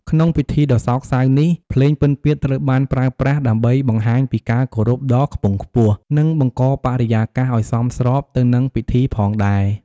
ក្នុងពិធីដ៏សោកសៅនេះ ភ្លេងពិណពាទ្យត្រូវបានប្រើប្រាស់ដើម្បីបង្ហាញពីការគោរពដ៏ខ្ពង់ខ្ពស់ និងបង្កបរិយាកាសឲ្យសមស្របទៅនឹងពិធីផងដែរ។